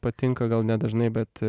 patinka gal nedažnai bet